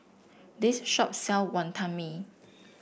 this shop sell Wonton Mee